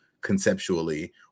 conceptually